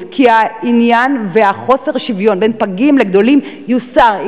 כי חוסר השוויון בין פגים לגדולים יוסר.